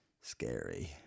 scary